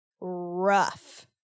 rough